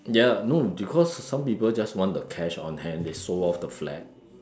ya lah no because some people just want the cash on hand they sold off the flat